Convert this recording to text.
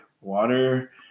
water